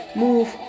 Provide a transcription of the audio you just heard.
move